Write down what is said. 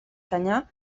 canyar